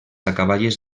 acaballes